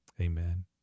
amen